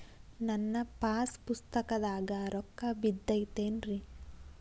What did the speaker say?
ನನ್ನ ಪಾಸ್ ಪುಸ್ತಕದಾಗ ರೊಕ್ಕ ಬಿದ್ದೈತೇನ್ರಿ?